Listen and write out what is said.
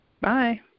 bye